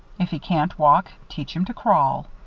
if he can't walk, teach him to crawl.